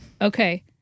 Okay